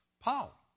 Paul